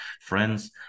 friends